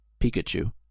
Pikachu